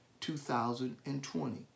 2020